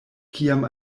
kiam